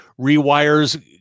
rewires